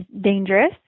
dangerous